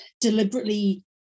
deliberately